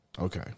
okay